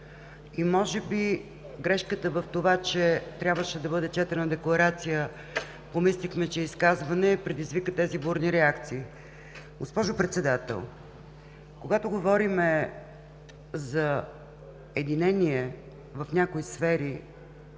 Може би грешката е в това, че трябваше да бъде четена декларация. Помислихме, че е изказване, а тя предизвика тези бурни реакции. Госпожо Председател, когато говорим за единение в някои сфери,